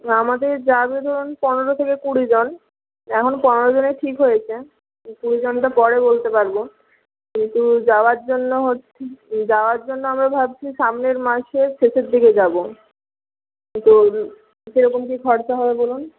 আমাদের যাবে ধরুন পনেরো থেকে কুড়ি জন এখন পনেরো জনের ঠিক হয়েছে কুড়ি জনটা পরে বলতে পারব কিন্তু যাওয়ার জন্য যাওয়ার জন্য আমরা ভাবছি সামনের মাসে শেষের দিকে যাব তো কীরকম কী খরচা হবে বলুন